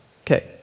Okay